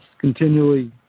continually